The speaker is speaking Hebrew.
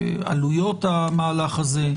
עלויות המהלך הזה.